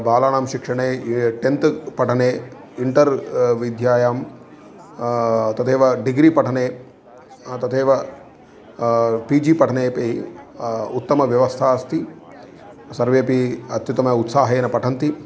बालानां शिक्षणे टेन्त् पठने इण्टर् विद्यायां तदेव डिग्रि पठने तथैव पी जी पठनेऽपि उत्तमव्यवस्था अस्ति सर्वेऽपि अत्युत्तमेन उत्साहेन पठन्ति